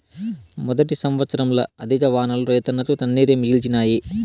మొదటి సంవత్సరంల అధిక వానలు రైతన్నకు కన్నీరే మిగిల్చినాయి